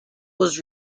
was